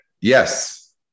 Yes